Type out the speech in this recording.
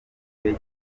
gihe